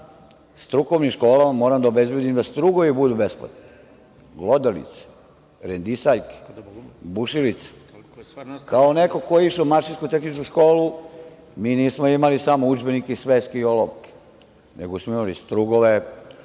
strukovnim školama moramo da obezbedimo da strugovi budu besplatni, glodalice, rendisaljke, bušilice. Kao neko ko je išao u mašinsku tehničku školu, mi nismo imali samo udžbenike, sveske i olovke, nego smo imali strugove,